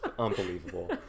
unbelievable